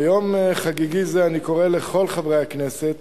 ביום חגיגי זה אני קורא לכל חברי הכנסת